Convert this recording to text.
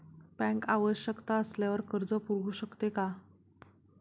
Bank आवश्यकता असल्यावर कर्ज पुरवू शकते का?